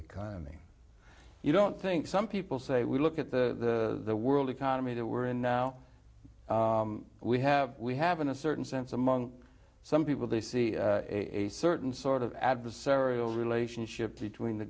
economy you don't think some people say we look at the world economy that we're in now we have we have in a certain sense among some people they see a certain sort of adversarial relationship between the